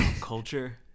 culture